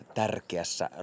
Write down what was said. tärkeässä